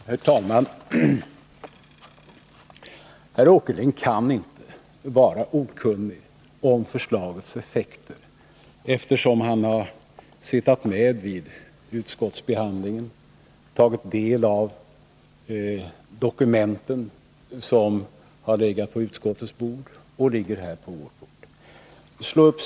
Herr talman! Herr Åkerlind kan inte vara okunnig om förslagets effekter, eftersom han har suttit med vid utskottsbehandlingen och tagit del av de dokument som har legat på utskottets bord och nu ligger här på vårt bord.